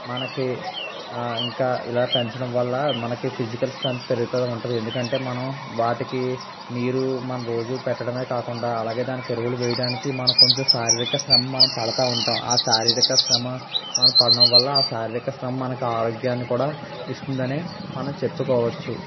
మనకి ఇంకా ఇలా పెంచడం వల్ల మనకి ఫిజికల్ స్ట్రెంత్ పెరుగుతూ ఉంటుంది ఎందుకంటే మనం వాటికి నీరు మన రోజు పెట్టడమే కాకుండా అలాగే దానికి ఎరువులు వేయడానికి మన కొంచెం శారీరక శ్రమ మనం పడతా ఉంటాం ఆ శారీరక శ్రమ మనం పడ్డం వల్ల ఆ శారీరక శ్రమ మన ఆరోగ్యాన్ని కూడా ఇస్తుందని మనం చెప్పుకోవచ్చు